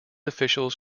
officers